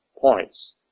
points